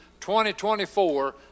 2024